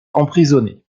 emprisonné